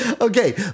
Okay